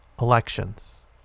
elections